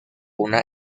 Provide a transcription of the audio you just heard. una